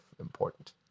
important